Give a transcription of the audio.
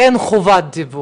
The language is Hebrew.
אין חובת דיווח?